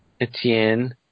Etienne